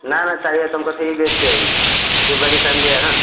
نہ نہ چاہیے تم کا ت تھھر بھی بیس چاہئیے کی باری فیملی ہے نا